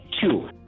Two